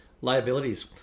liabilities